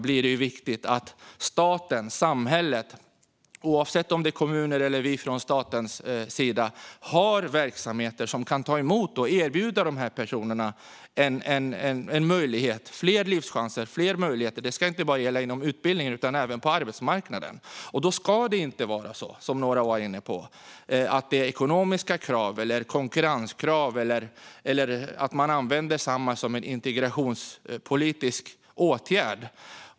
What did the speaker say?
Det är därför viktigt att samhället - oavsett om det är fråga om kommuner eller staten - har verksamheter som kan ta emot och erbjuda dessa personer fler livschanser och möjligheter. Det ska inte bara gälla utbildning utan även på arbetsmarknaden. Det ska inte vara fråga om ekonomiska krav, konkurrenskrav eller att Samhall används som en integrationspolitisk åtgärd.